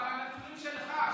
אבל הנתונים שלך,